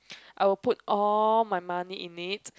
I will put all my money in it